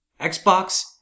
Xbox